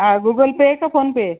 हा Google pay का PhonePe आहे